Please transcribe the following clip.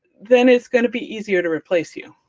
then it's going to be easier to replace you.